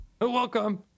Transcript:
Welcome